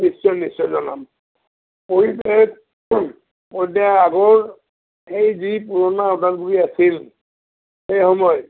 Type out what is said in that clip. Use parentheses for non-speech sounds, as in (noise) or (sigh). নিশ্চয় নিশ্চয় জনাম (unintelligible) আগৰ সেই যি পুৰণা ওদালগুৰি আছিল সেই সময়ত